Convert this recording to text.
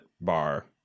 bar